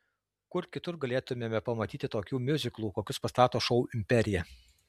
kur kitur galėtumėme pamatyti tokių miuziklų kokius pastato šou imperija